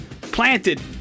planted